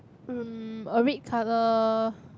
mm a red colour